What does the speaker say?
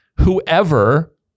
whoever